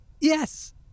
yes